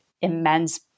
immense